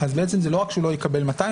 אז בעצם זה לא רק שהוא לא יקבל 200%,